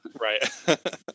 Right